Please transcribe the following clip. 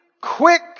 quick